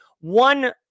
one